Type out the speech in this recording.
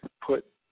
put